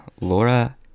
Laura